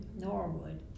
Norwood